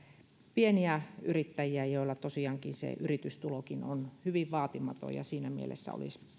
pieniä yrittäjiä joilla tosiaankin se yritystulokin on hyvin vaatimaton niin siinä mielessä tämä